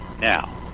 Now